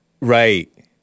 Right